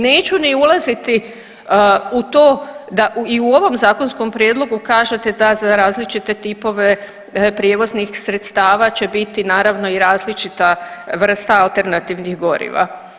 Neću ni ulaziti u to da i u ovom zakonskom prijedlogu kažete da za različite tipove prijevoznih sredstava će biti naravno i različita vrsta alternativnih goriva.